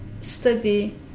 study